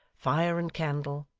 fire and candle,